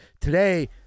Today